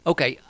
Okay